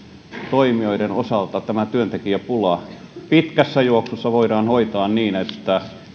toimijoiden osalta tämä työntekijäpula pitkässä juoksussa voidaan hoitaa niin että